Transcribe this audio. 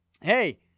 Hey